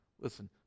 Listen